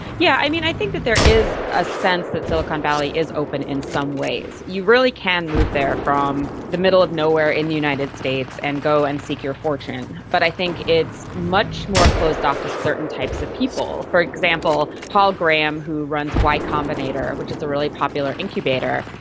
yeah i mean, i think there is a sense that silicon valley is open in some ways. you really can move there from the middle of nowhere in the united states and go and seek your fortune. but i think it's much more closed off to certain types of people. for example, paul graham who runs y-combinator, which is a really popular incubator,